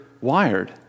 wired